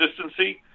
consistency